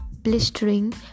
blistering